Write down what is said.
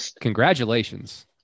congratulations